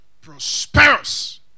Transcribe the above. prosperous